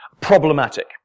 problematic